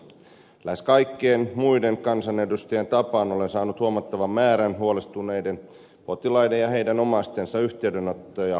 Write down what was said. lähes kaikkien muiden kansanedustajan tapaan olen saanut huomattavan määrän huolestuneiden potilaiden ja heidän omaistensa yhteydenottoja omalta alueeltani